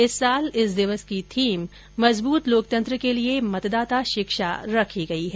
इस वर्ष इस दिवस की थीम मजबूत लोकतंत्र के लिए मतदाता शिक्षा रखी गई है